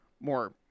more